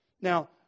Now